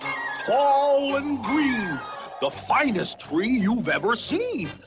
tall and green the finest tree you've ever seen.